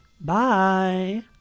Bye